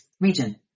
Region